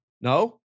No